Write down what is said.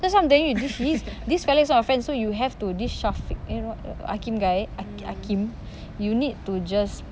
that's why I'm telling you this this this fella is not a friend so you have to this syafiq eh no akim guy akim akim you need to just